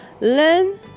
Learn